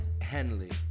Henley